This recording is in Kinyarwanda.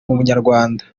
bunyarwanda